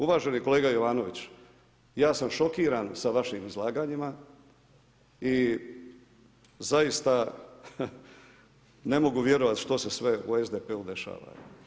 Uvaženi kolega Jovanović, ja sam šokiran sa vašim izlaganjima i zaista ne mogu vjerovati što sve u SDP-u dešava.